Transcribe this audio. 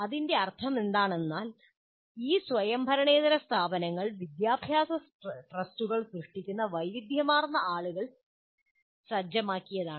അതിന്റെ അർത്ഥമെന്തെന്നാൽ ഈ സ്വയംഭരണേതര സ്ഥാപനങ്ങൾ വിദ്യാഭ്യാസ ട്രസ്റ്റുകൾ സൃഷ്ടിക്കുന്ന വൈവിധ്യമാർന്ന ആളുകൾ സജ്ജമാക്കിയതാണ്